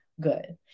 good